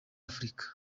afurika